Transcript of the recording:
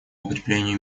укреплению